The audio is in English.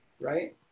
right